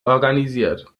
organisiert